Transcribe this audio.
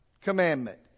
commandment